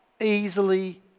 easily